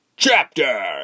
CHAPTER